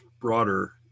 broader